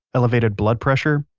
elevated blood pressure,